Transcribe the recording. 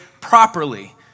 properly